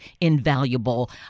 invaluable